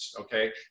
Okay